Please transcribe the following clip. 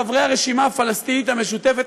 חברי הרשימה הפלסטינית המשותפת,